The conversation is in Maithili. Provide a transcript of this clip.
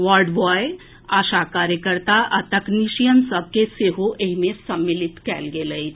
वार्ड ब्वाय आशा कार्यकर्ता आ तकनीशियन सभ के सेहो ऐहि मे सम्मिलित कएल गेल अछि